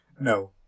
no